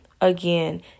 again